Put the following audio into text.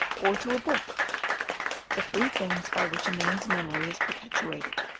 or to a book the three things by which a man's memory is perpetuated.